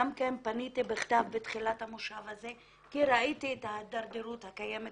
בנוסף פניתי בכתב בתחילת המושב הזה כי ראיתי את ההידרדרות הקיימת